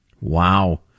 Wow